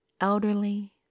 elderly